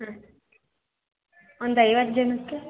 ಹ್ಞೂ ಒಂದು ಐವತ್ತು ಜನಕ್ಕೆ